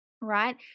Right